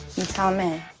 you tell me.